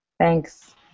Thanks